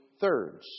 thirds